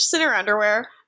underwear